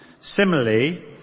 Similarly